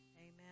Amen